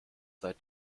seit